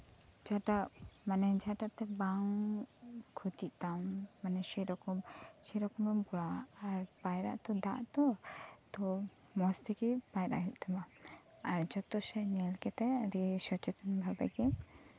ᱡᱟᱸᱦᱟᱴᱟᱜ ᱢᱟᱱᱮ ᱡᱟᱸᱦᱟᱴᱟᱜ ᱛᱮ ᱵᱟᱝ ᱠᱷᱚᱛᱤᱜ ᱛᱟᱢ ᱢᱟᱱᱮ ᱥᱮᱨᱚᱢ ᱮᱨᱚᱠᱢ ᱮᱢ ᱠᱚᱨᱟᱣᱟ ᱟᱨ ᱯᱟᱭᱨᱟᱜ ᱛᱚ ᱫᱟᱜ ᱛᱚ ᱢᱚᱸᱡ ᱛᱮᱜᱮ ᱯᱟᱭᱨᱟᱜ ᱦᱩᱭᱩᱜ ᱛᱟᱢᱟ ᱟᱨ ᱡᱚᱛᱚ ᱥᱮᱱ ᱧᱮᱞ ᱠᱟᱛᱮᱜ ᱟᱹᱰᱤ ᱥᱚᱪᱮᱛᱚᱱ ᱵᱷᱟᱵᱮᱛᱮ